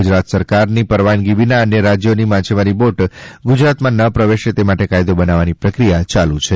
ગુજરાત સરકારની પરવાનગી વિના અન્ય રાજ્યોની માછીમારી બોટ ગુજરાતમાં ન પ્રવેશે તે માટે કાયદો બનાવવાની પ્રક્રિયા યાલુ છે